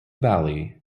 valley